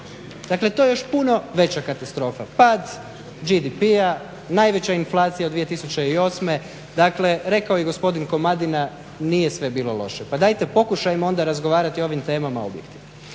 Dakle to je još puno veća katastrofa. Dakle pad GDP-a najveća inflacija od 2008., dakle rekao je gospodin Komadina nije sve bilo loše. Pa dajte pokušajmo onda razgovarati o ovim temama objektivno.